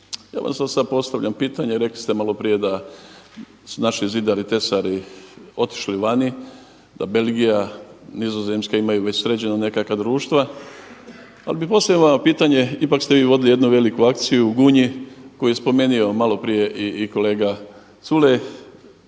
ja vam sada postavljam pitanje, rekli ste malo prije da su naši zidari, tesari otišli vani, da Belgija, Nizozemska imaju već sređena nekakva društva, ali bih postavio vama pitanje, ipak ste vi vodili jednu veliku akciju u Gunji koju je spomenuo malo prije i kolega Culej,